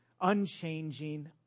unchanging